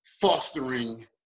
fostering